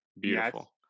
beautiful